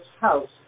house